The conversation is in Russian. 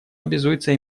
обязуется